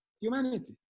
humanity